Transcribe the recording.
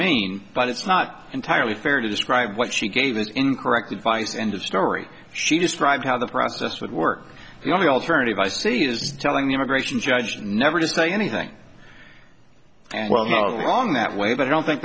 mean but it's not entirely fair to describe what she gave incorrect advice and a story she described how the process would work the only alternative i see is telling the immigration judge never to say anything well most long that way but i don't think